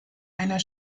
einer